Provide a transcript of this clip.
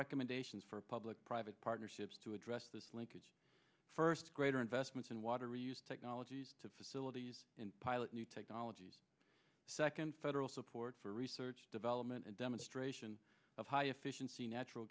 recommendations for public private partnerships to address this linkage first greater investments in water use technologies to facilities and pilot new technologies second federal support for research development and demonstration of high efficiency natural